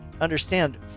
understand